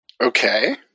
Okay